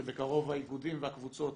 שבקרוב האיגודים והקבוצות